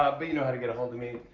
but you know how to get ahold of me.